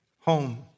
Home